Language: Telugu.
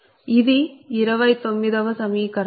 ఇది 29 వ సమీకరణం